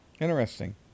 Interesting